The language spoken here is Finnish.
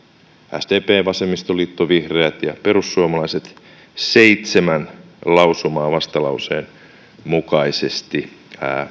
sdp vasemmistoliitto vihreät ja perussuomalaiset seitsemän lausumaa vastalauseen mukaisesti